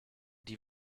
die